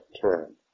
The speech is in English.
term